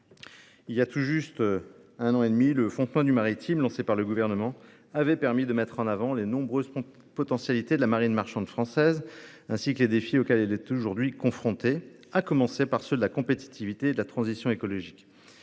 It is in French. Voilà tout juste un an et demi, le Fontenoy du maritime, lancé par le Gouvernement, avait permis de mettre en avant les nombreuses potentialités de la marine marchande française, ainsi que les défis auxquels elle est confrontée aujourd'hui, à commencer par ceux de la compétitivité et de la transition écologique.